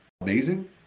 amazing